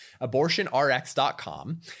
abortionrx.com